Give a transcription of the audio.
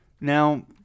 Now